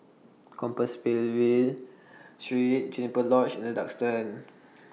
Compassvale Street Juniper Lodge and The Duxton